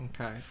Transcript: Okay